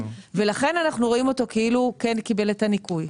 לכן אנחנו רואים אותו כאילו הוא כן קיבל את הניכוי.